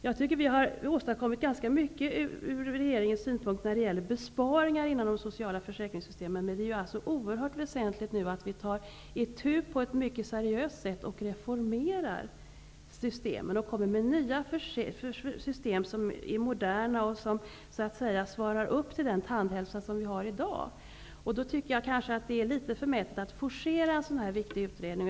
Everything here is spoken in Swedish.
Jag tycker att regeringen har åstadkommit ganska mycket när det gäller besparingar inom de sociala försäkringssystemen, men det är nu oerhört väsentligt att vi på ett seriöst sätt reformerar systemen och kommer med nya system, som är moderna och som så att säga svarar upp mot dagens tandhälsa. Det är då litet förmätet att forcera en sådan här viktig utredning.